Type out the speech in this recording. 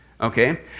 Okay